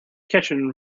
kitchen